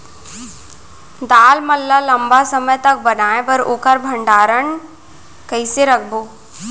दाल मन ल लम्बा समय तक बनाये बर ओखर भण्डारण कइसे रखबो?